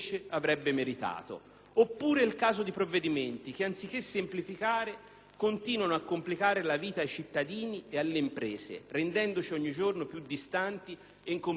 È il caso anche di provvedimenti che, anziché semplificare, continuano a complicare la vita ai cittadini e alle imprese, rendendoci ogni giorno più distanti e incomprensibili da loro.